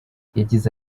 yagize